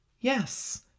Yes